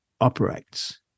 operates